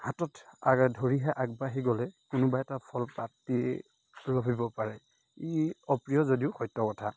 হাতত ধৰিহে আগবাঢ়ি গ'লে কোনোবা এটা ফল প্ৰাপ্তি লভিব পাৰে ই অপ্ৰিয় যদিও সত্য কথা